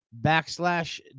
backslash